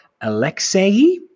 Alexei